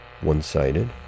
One-sided